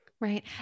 Right